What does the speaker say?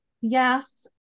Yes